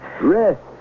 Rest